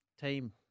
team